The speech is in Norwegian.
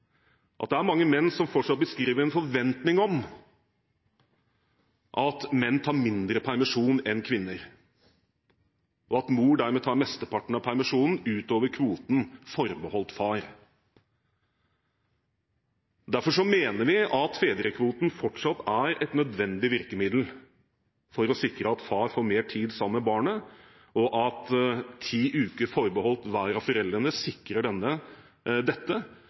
at det er mange menn som fortsatt beskriver en forventning om at menn tar mindre permisjon enn kvinner, og at mor dermed tar mesteparten av permisjonen utover kvoten forbeholdt far. Derfor mener vi at fedrekvoten fortsatt er et nødvendig virkemiddel for å sikre at far får mer tid sammen med barnet, og at ti uker forbeholdt hver av foreldrene sikrer dette